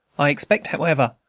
i expect, however,